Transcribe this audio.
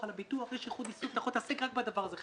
אם יש לך ביטוח ואני חושב שיש איזשהו